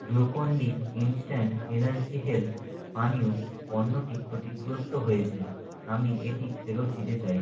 Glucon D instant energy health পানীয় পণ্যটি ক্ষতিগ্রস্ত হয়েছে আমি এটি ফেরত দিতে চাই